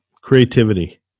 creativity